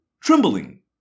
trembling